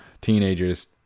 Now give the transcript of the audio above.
teenagers